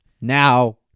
Now